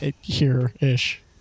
here-ish